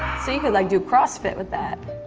so you could like, do crossfit with that.